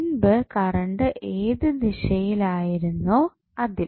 മുൻപ് കറണ്ട് ഏതു ദിശയിൽ ആയിരുന്നോ അതിൽ